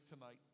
tonight